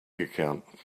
account